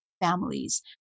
families